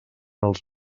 els